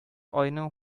айның